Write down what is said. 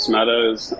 Meadows